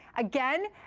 again,